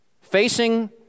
facing